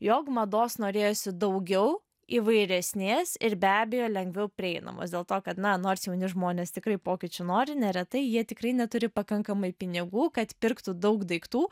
jog mados norėjosi daugiau įvairesnės ir be abejo lengviau prieinamos dėl to kad na nors jauni žmonės tikrai pokyčių nori neretai jie tikrai neturi pakankamai pinigų kad pirktų daug daiktų